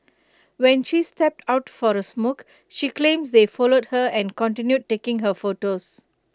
when she stepped out for A smoke she claims they followed her and continued taking her photos